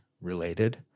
related